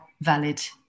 valid